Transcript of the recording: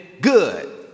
good